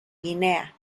guinea